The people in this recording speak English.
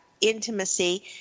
intimacy